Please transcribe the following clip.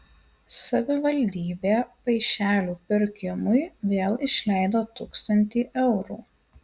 savivaldybė paišelių pirkimui vėl išleido tūkstantį eurų